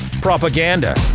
propaganda